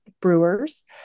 Brewers